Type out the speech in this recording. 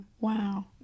Wow